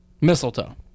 mistletoe